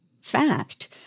fact